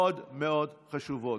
מאוד מאוד חשוב.